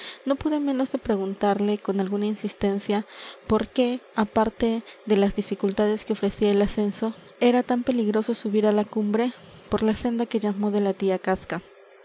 no pude menos de preguntarle con alguna insistencia por qué aparte de las dificultades que ofrecía el ascenso era tan peligroso subir á la cumbre por la senda que llamó de la tía casca